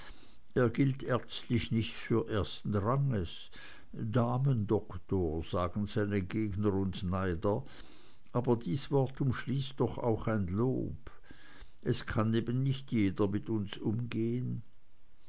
er gilt ärztlich nicht für ersten ranges damendoktor sagen seine gegner und neider aber dies wort umschließt doch auch ein lob es kann eben nicht jeder mit uns umgehen